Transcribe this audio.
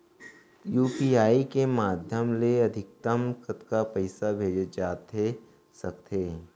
UPI के माधयम ले अधिकतम कतका पइसा भेजे जाथे सकत हे?